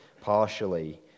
partially